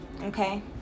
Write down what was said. okay